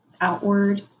outward